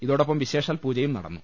ഇതോടൊപ്പം വിശേഷാൽ പൂജയും നടന്നു